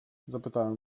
zapytałem